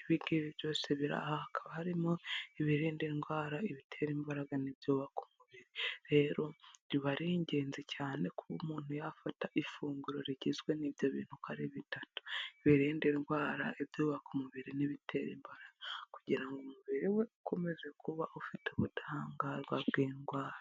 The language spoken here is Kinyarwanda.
ibingibi byose biri aha hakaba harimo ibirinda indwara, ibitera imbaraga n'ibyubaka umubiri. Rero biba ari ingenzi cyane kuba umuntu yafata ifunguro rigizwe n'ibyo bintu uko ari bitatu; ibirinda indwara, ibyubaka umubiri n'ibiteraba kugira ngo umubiri we ukomeze kuba ufite ubudahangarwa bw'indwara.